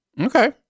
Okay